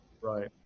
Right